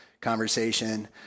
conversation